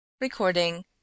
Recording